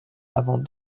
avant